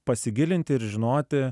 pasigilinti ir žinoti